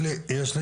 יש לי